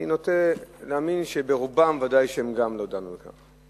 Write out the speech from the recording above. אני נוטה להאמין שברובם ודאי שהם גם לא דנו בכך.